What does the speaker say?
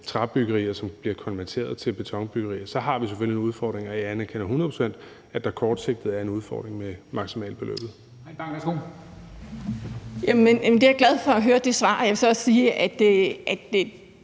som bliver konverteret til betonbyggerier, så har vi selvfølgelig en udfordring. Jeg anerkender også hundrede procent, at der kortsigtet er en udfordring med maksimalbeløbet.